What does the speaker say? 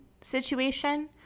situation